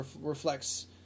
reflects